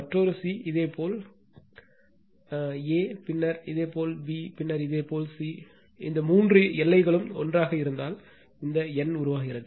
மற்றொரு சி இதேபோல் a பின்னர் இதேபோல் பி பின்னர் இதேபோல் சி இந்த மூன்று எல்லைகளும் ஒன்றாக இருந்தால் இந்த n உருவாகிறது